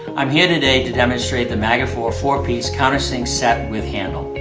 um here today to demonstrate the magafor four piece countersink set with handle.